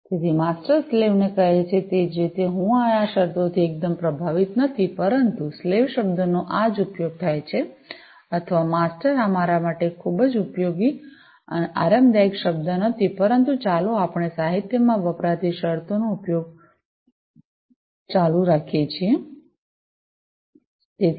તેથી master slave ને કહે છે તે જ રીતે હું આ શરતોથી એકદમ પ્રભાવિત નથી પરંતુ સ્લેવ શબ્દનો આ જ ઉપયોગ થાય છે અથવા માસ્ટર આ મારા ઉપયોગ માટે ખૂબ જ આરામદાયક શબ્દ નથી પરંતુ ચાલો આપણે સાહિત્યમાં વપરાતી શરતોનો ઉપયોગ ચાલુ રાખીએ છીએ